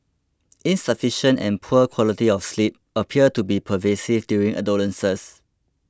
insufficient and poor quality of sleep appear to be pervasive during adolescence